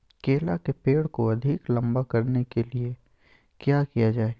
केला के पेड़ को अधिक लंबा करने के लिए किया किया जाए?